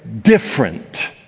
different